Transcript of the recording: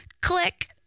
Click